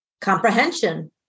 Comprehension